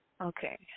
Okay